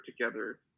together